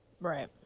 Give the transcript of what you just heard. Right